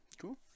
Cool